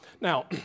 Now